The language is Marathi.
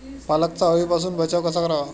पालकचा अळीपासून बचाव कसा करावा?